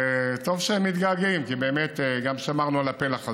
טוב שהם מתגעגעים, כי באמת גם שמרנו על הפלח הזה.